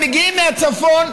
הם מגיעים מהצפון,